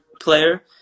player